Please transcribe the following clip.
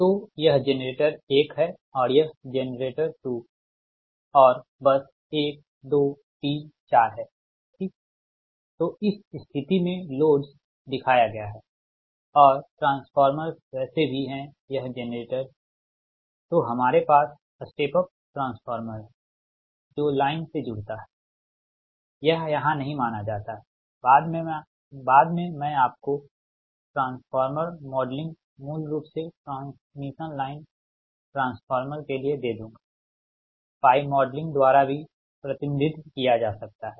तो यह जेनरेटर 1 है और यह जेनरेटर 2 और बस 1 2 3 4 है ठीकतोइस स्थिति में लोड्स दिखाया गया है और ट्रांसफॉर्मरस वैसे भी हैं यह जेनरेटरस तो हमारे पास स्टेप अप ट्रांसफार्मर है जो लाइन से जुड़ता है यह यहां नहीं माना जाता है बाद में मैं आपको ट्रांसफार्मर मॉडलिंग मूल रूप से ट्रांसमिशन लाइन ट्रांसफार्मर के लिए दे दूँगा पाई मॉडलिंग द्वारा भी प्रतिनिधित्व किया जा सकता है